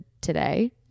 today